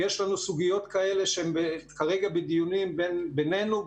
ויש לנו סוגיות כאלה שהן כרגע בדיונים בינינו,